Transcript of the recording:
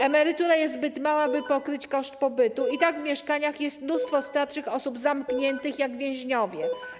Emerytura jest zbyt mała, by pokryć koszt pobytu, i w mieszkaniach jest mnóstwo starszych osób zamkniętych jak więźniowie.